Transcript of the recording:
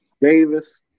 Davis